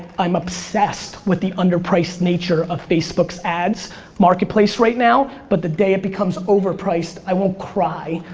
i'm obsessed with the underpriced nature of facebook's ads marketplace right now. but the day it becomes overpriced, i won't cry.